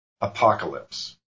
apocalypse